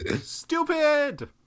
Stupid